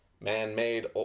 man-made